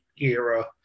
era